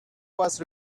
was